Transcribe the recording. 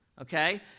okay